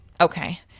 Okay